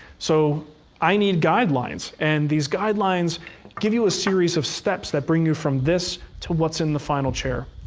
so i need guidelines. and these guidelines give you a series of steps that bring you from this to what's in the final chair.